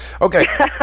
Okay